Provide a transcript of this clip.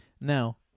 Now